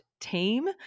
team